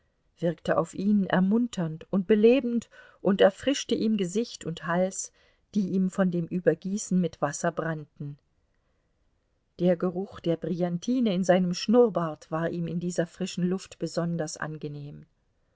wirkte auf ihn ermunternd und belebend und erfrischte ihm gesicht und hals die ihm von dem übergießen mit wasser brannten der geruch der brillantine in seinem schnurrbart war ihm in dieser frischen luft besonders angenehm